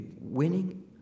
winning